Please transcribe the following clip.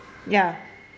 ya